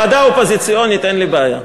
דווקא ועדה אופוזיציונית, אין לי בעיה.